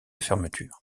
fermeture